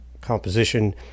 composition